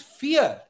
fear